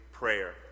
prayer